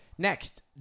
Next